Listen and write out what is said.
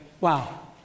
wow